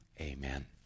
Amen